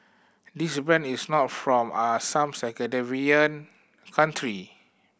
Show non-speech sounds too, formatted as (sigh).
this brand is not from are some (unintelligible) country